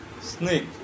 snake